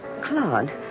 Claude